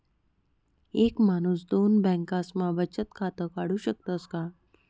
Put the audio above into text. एक माणूस दोन बँकास्मा बचत खातं काढु शकस का?